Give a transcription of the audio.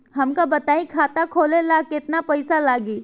हमका बताई खाता खोले ला केतना पईसा लागी?